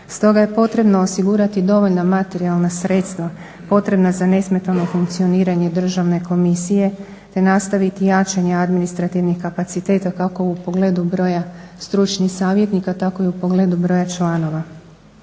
Stoga je potrebno osigurati dovoljna materijalna sredstva potrebna za nesmetano funkcioniranje državne komisije, te nastaviti jačanje administrativnih kapaciteta kako u pogledu broja stručnih savjetnika tako i u pogledu broja članova.